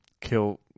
kill